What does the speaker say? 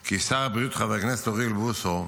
כי שר הבריאות, חבר הכנסת אוריאל בוסו,